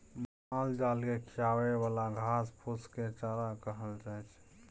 मालजाल केँ खिआबे बला घास फुस केँ चारा कहल जाइ छै